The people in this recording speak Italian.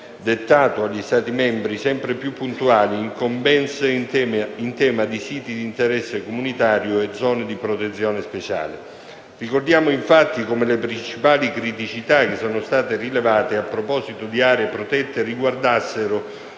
dettato agli Stati membri sempre più puntuali incombenze in tema di siti di interesse comunitario e zone di protezione speciale. Ricordiamo, infatti, come le principali criticità che sono state rilevate, a proposito di aree protette, riguardassero